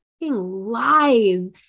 lies